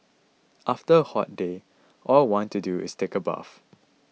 after a hot day all I want to do is take a bath